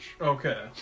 Okay